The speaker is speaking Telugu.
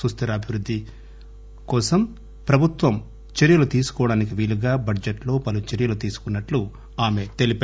సుస్దిరాభివృద్దికి ప్రభుత్వం చర్యలు తీసుకోవడానికి వీలుగా బడ్జెట్ లో పలు చర్యలు తీసుకున్నట్లు ఆమె చెప్పారు